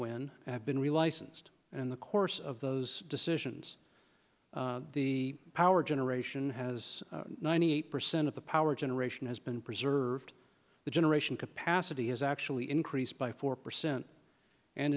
when have been relicensed and the course of those decisions the power generation has ninety eight percent of the power generation has been preserved the generation capacity has actually increased by four percent and